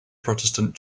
protestant